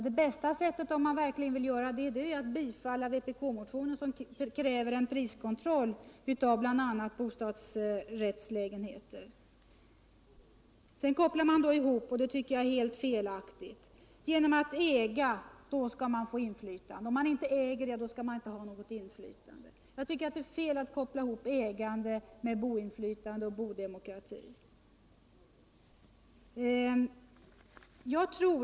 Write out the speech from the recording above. Det bästa sättet om man verkligen vill göra det är att bifalla alla vpkmotioner som kräver priskontroll av bl.a. bostadsrättslägenheter! Sedan kopplar man ihop ägande och inflytande: genom att äga skall man få inflytande, anses det, men om man inte äger skall man inte heller ha något inflytande. Jag tycker det är alldeles tel att koppla ihop ägandet med boendeinflytande och boendedemokrati.